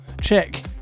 check